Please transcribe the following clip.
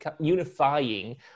unifying